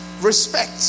respect